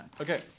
Okay